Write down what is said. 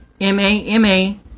M-A-M-A